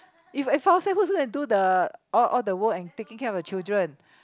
if I fall sick who's gonna do all the all all the work and taking care of the children